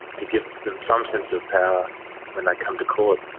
to give them some sense of power when they come to court,